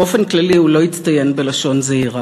באופן כללי הוא לא הצטיין בלשון זהירה